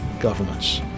governments